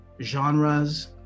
genres